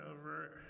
over